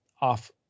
off